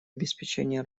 обеспечения